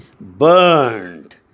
burned